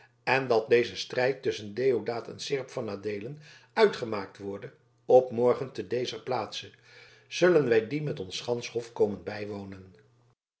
en dat deze strijd tusschen deodaat en seerp van adeelen uitgemaakt worde op morgen te dezer plaatse zullende wij dien met ons gansche hof komen bijwonen